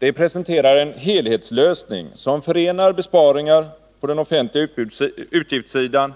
Det presenterar en helhetslösning, som förenar besparingar på den offentliga utgiftssidan